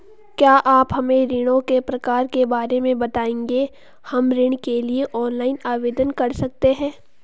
क्या आप हमें ऋणों के प्रकार के बारे में बताएँगे हम ऋण के लिए ऑनलाइन आवेदन कर सकते हैं?